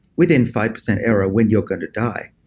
within five percent error when you're going to die.